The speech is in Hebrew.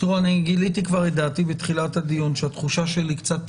גיליתי כבר את דעתי בתחילת הדיון שהתחושה שלי קצת